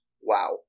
wow